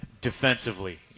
Defensively